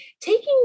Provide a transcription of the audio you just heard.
taking